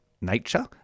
nature